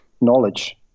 knowledge